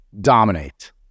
Dominate